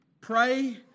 Pray